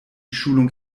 schulung